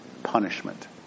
Punishment